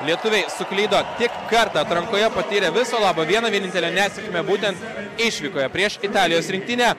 lietuviai suklydo tik kartą atrankoje patyrė viso labo vieną vienintelę nesėkmę būtent išvykoje prieš italijos rinktinę